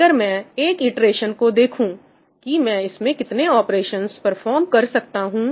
अगर मैं एक इटरेशन को देखूं कि मैं इसमें कितने ऑपरेशंस परफॉर्म कर सकता हूं